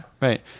right